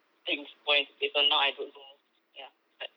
things fall into place so now I don't know ya what